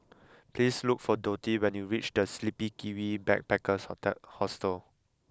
please look for Dottie when you reach The Sleepy Kiwi Backpackers Hotel Hostel